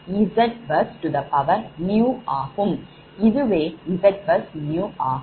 இதுவே ZbusNewஆகும்